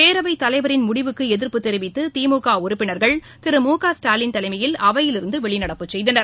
பேரவைத் தலைவரின் முடிவுக்கு எதிர்ப்பு தெரிவித்து திமுக உறுப்பினர்கள் திரு முகஸ்டாலின் தலைமையில் அவையிலிருந்து வெளிநடப்பு செய்தனர்